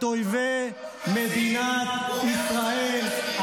צריך לחסל את אויבי מדינת ישראל.